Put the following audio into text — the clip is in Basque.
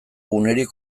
unerik